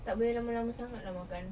tak boleh lama-lama sangat lah makan